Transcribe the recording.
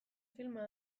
filma